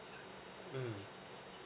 mm